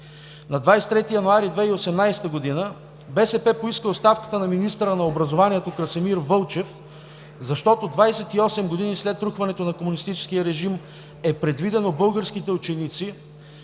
На 23 януари 2018 г. БСП поиска оставката на министъра на образованието Красимир Вълчев, защото 28 години след рухването на комунистическия режим е предвидено българските ученици